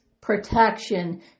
protection